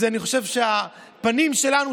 אני חושב שהפנים שלנו,